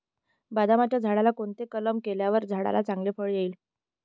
बदामाच्या झाडाला कोणता कलम केल्यावर झाडाला चांगले फळ येईल?